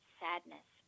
sadness